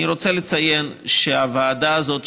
אני רוצה לציין שהוועדה הזאת,